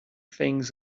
things